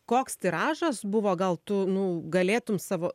koks tiražas buvo gal tu nu galėtum savo